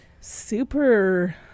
super